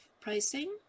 pricing